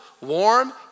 warm